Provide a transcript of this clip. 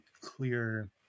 clear